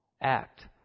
act